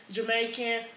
Jamaican